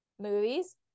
movies